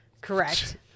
correct